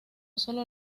sólo